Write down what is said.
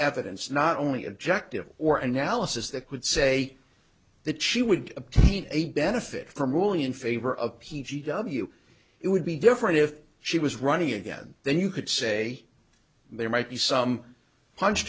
evidence not only objective or analysis that would say the ci would obtain a benefit from ruling in favor of p g w it would be different if she was running again then you could say there might be some punch